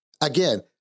Again